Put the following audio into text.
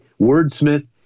wordsmith